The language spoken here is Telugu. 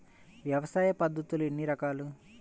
వ్యవసాయ పద్ధతులు ఎన్ని రకాలు?